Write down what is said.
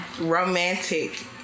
romantic